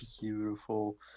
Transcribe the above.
beautiful